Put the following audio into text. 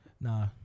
nah